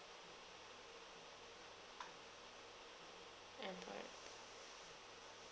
and then